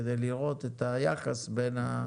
כדי לראות את היחס בין האגרות.